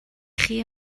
chi